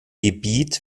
gebiet